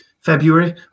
February